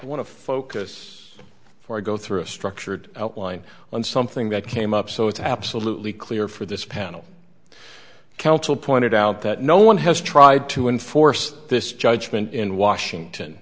to focus for i go through a structured outline on something that came up so it's absolutely clear for this panel counsel pointed out that no one has tried to enforce this judgment in washington